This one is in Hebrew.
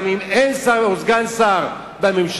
גם אם אין שר או סגן שר בממשלה,